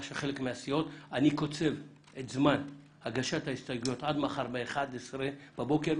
אני קוצב את זמן הגשת ההסתייגויות עד מחר ב-11:00 בבוקר.